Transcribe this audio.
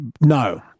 No